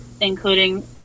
including